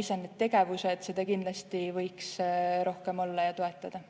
mis on need tegevused, kindlasti võiks rohkem olla ja toetada.